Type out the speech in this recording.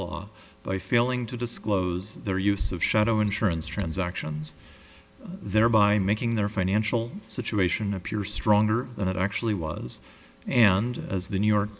law by failing to disclose their use of shadow insurance transactions thereby making their financial situation appear stronger than it actually was and as the new york